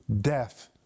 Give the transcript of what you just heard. death